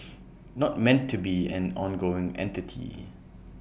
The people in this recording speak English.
not meant to be an ongoing entity